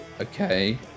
Okay